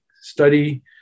Study